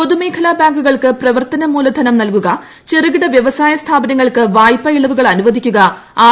പൊതുമേഖലാ ബാങ്കുകൾക്ക് പ്രവർത്തന മൂലധനം നൽകുക ചെറുകിട വ്യവസായ സ്ഥാപനങ്ങൾക്ക് വായ്പാ ഇളവുകൾ അനുവദിക്കുക ആർ